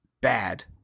bad